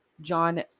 John